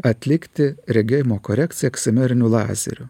atlikti regėjimo korekciją eksimeriniu lazeriu